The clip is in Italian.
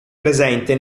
presente